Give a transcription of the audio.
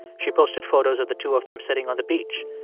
she posted photos of the two of them sitting on the beach,